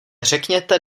řekněte